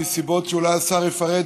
מסיבות שאולי השר יפרט,